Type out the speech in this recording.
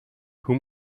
whom